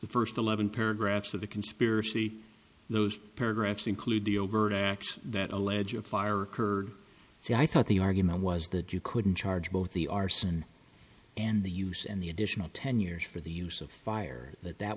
the first eleven paragraphs of the conspiracy those paragraphs include the overt action that allege a fire occurred so i thought the argument was that you couldn't charge both the arson and the use and the additional ten years for the use of fire that that